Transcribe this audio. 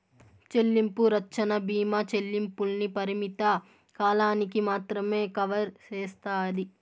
చెల్లింపు రచ్చన బీమా చెల్లింపుల్ని పరిమిత కాలానికి మాత్రమే కవర్ సేస్తాది